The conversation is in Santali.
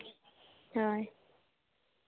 ᱦᱳᱭ